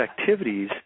activities